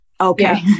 Okay